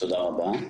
תודה רבה.